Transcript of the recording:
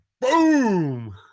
boom